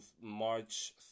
March